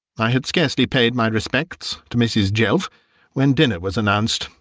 i had scarcely paid my respects to mrs. jelf when dinner was announced,